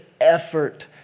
effort